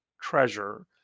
treasure